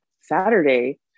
Saturday